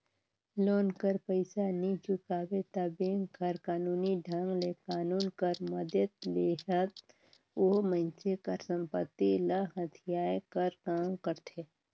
loan कर पइसा नी चुकाबे ता बेंक हर कानूनी ढंग ले कानून कर मदेत लेहत ओ मइनसे कर संपत्ति ल हथियाए कर काम करथे